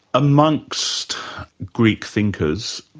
amongst greek thinkers,